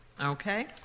Okay